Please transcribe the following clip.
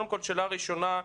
שאלה ראשונה.